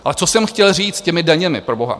Ale co jsem chtěl říct těmi daněmi, proboha?